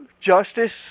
justice